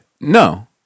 No